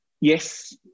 Yes